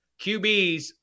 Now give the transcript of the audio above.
QBs